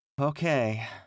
Okay